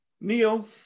neil